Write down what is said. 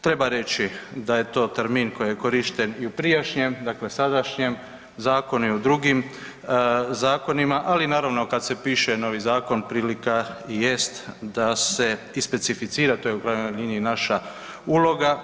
Treba reći da je to termin koji je korišten i u prijašnjem dakle sadašnjem zakonu i u drugim zakonima, ali naravno kad se piše novi zakon prilika jest da se i specificira to je u krajnjoj liniji naša uloga.